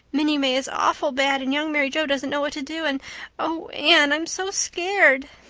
minnie may is awful bad and young mary joe doesn't know what to do and oh, anne, i'm so scared!